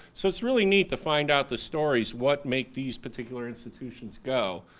so it's really neat to find out the stories, what make these particular institutions go.